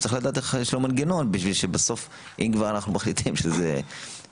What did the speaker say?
צריך לדעת איך המנגנון כדי בסוף אם כבר אנחנו מחליטים שזה יורחב.